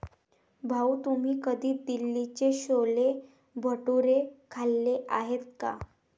भाऊ, तुम्ही कधी दिल्लीचे छोले भटुरे खाल्ले आहेत का?